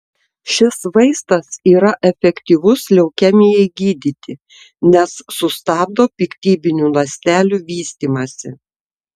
šis vaistas yra efektyvus leukemijai gydyti nes sustabdo piktybinių ląstelių vystymąsi